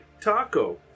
taco